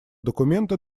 документы